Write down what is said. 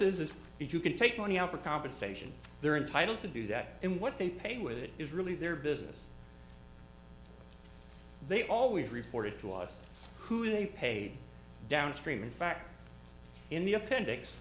if you can take money out for compensation they're entitled to do that and what they pay with it is really their business they always reported to us who they paid downstream in fact in the appendix